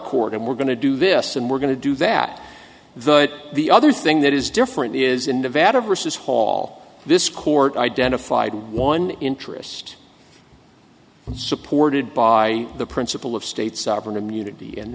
court and we're going to do this and we're going to do that the but the other thing that is different is in nevada versus hall this court identified one interest supported by the principle of state sovereign immunity and